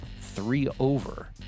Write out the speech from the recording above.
three-over